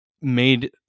made